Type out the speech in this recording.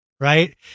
Right